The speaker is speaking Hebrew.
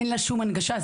אין לה שום הנגשה.